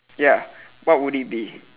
ya what would it be